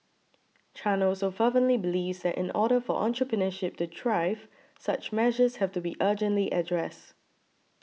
Chan also fervently believes that in order for entrepreneurship to thrive such measures have to be urgently addressed